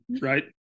right